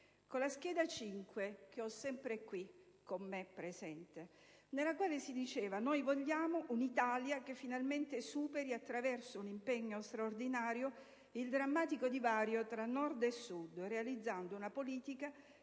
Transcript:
con la scheda n. 5, che ho sempre qui con me, nella quale si diceva: «Noi vogliamo un'Italia che finalmente superi attraverso un impegno straordinario il drammatico divario tra Nord e Sud, realizzando una politica